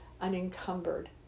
unencumbered